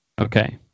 okay